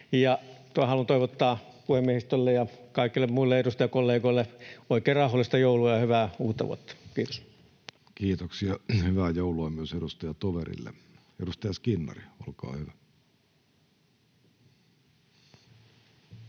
Haluan toivottaa puhemiehistölle ja kaikille muille edustajakollegoille oikein rauhallista joulua ja hyvää uutta vuotta. — Kiitos. Kiitoksia. Hyvää joulua myös edustaja Toverille. — Edustaja Skinnari, olkaa hyvä.